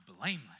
blameless